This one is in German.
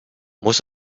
muss